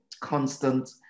constant